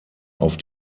auf